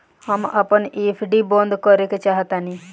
हम अपन एफ.डी बंद करेके चाहातानी